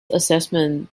assessment